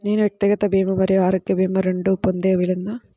నేను వ్యక్తిగత భీమా మరియు ఆరోగ్య భీమా రెండు పొందే వీలుందా?